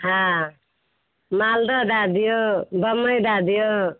हँ मालदह दए दियौ बम्बइ दए दियौ